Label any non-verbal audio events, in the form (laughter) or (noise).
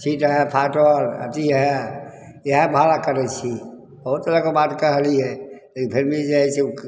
seat रहए फाटल अथी रहए इएह भाड़ा करै छी बहुत तरहके बात कहलियै लेकिन (unintelligible)